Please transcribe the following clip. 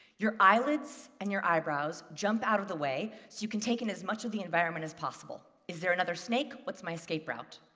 your eyelids and your eyebrows jump out of the way so you can take in as much of the environment as possible. is there another snake? what is my escape route?